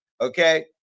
okay